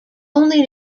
only